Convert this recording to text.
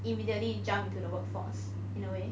immediately jump into the workforce in a way